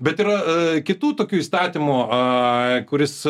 bet yra kitų tokių įstatymų a kur jis